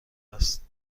است